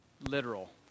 literal